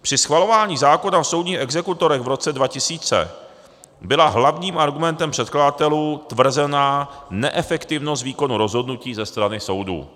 Při schvalování zákona o soudních exekutorech v roce 2000 byla hlavním argumentem předkladatelů tvrzená neefektivnost výkonu rozhodnutí ze strany soudů.